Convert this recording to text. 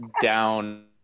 down